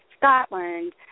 Scotland